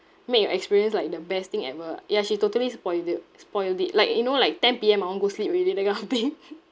make your experience like the best thing ever ya she totally spoilt it spoilt it like you know like ten P_M I want go sleep already that kind of thing